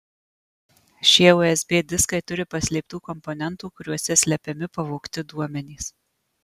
šie usb diskai turi paslėptų komponentų kuriuose slepiami pavogti duomenys